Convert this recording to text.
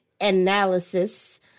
analysis